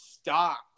Stop